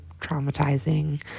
traumatizing